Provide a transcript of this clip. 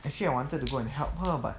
actually I wanted to go and help her but